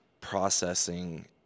processing